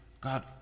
God